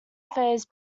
phase